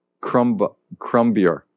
Crumbier